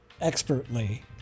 expertly